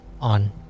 on